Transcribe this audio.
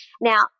now